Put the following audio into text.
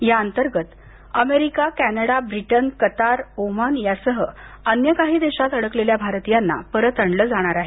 या अंतर्गत America Canada Britain Qatar Oman यासह अन्य काही देशात अडकलेल्या भारतीयांना परत आणलं जाणार आहे